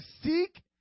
seek